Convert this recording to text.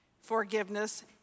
forgiveness